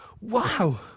wow